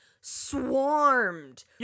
swarmed